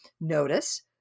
Notice